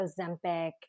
Ozempic